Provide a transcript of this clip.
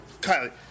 Kylie